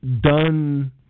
done